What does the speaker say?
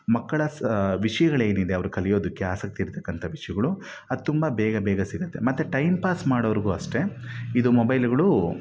ಮಕ್ಕಳ ವಿಷಯಗಳೇನಿದೆ ಅವರ ಕಲಿಯೋದಕ್ಕೆ ಆಸಕ್ತಿ ಇರ್ತಕ್ಕಂಥ ವಿಷಯಗಳು ಅದು ತುಂಬ ಬೇಗ ಬೇಗ ಸಿಗುತ್ತೆ ಮತ್ತು ಟೈಮ್ ಪಾಸ್ ಮಾಡೋರಿಗೂ ಅಷ್ಟೇ ಇದು ಮೊಬೈಲ್ಗಳು